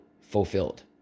fulfilled